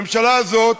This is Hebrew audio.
הממשלה הזאת,